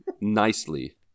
nicely